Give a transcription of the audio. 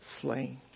slain